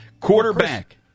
Quarterback